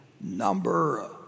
number